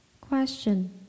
Question